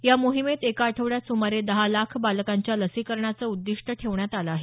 या मोहिमेत एका आठवड्यात सुमारे दहा लाख बालकांच्या लसीकरणाचं उद्दिष्ट ठेवण्यात आलं आहे